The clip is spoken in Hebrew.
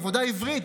עבודה עברית.